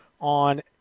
on